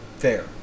Fair